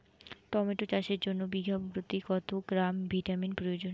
Tomato চাষের জন্য বিঘা প্রতি কত গ্রাম ভিটামিন প্রয়োজন?